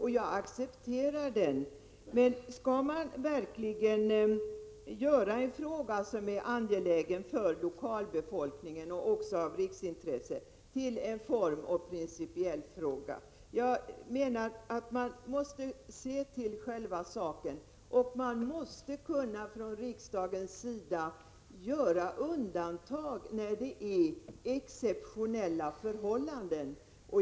Jag accepterar den. Men skall man verkligen göra en fråga som är angelägen för den lokala befolkningen och också av riksintresse till en formell och principiell fråga? Jag menar att man måste se till själva saken. Man måste från riksdagens sida kunna göra undantag när det är exceptionella förhållanden.